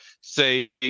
say